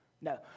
No